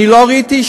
אני לא ראיתי,